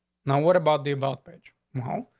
now, what about the about page? no,